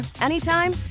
anytime